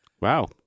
Wow